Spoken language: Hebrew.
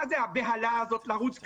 מה זאת הבהלה הזאת לרוץ קדימה?